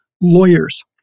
lawyers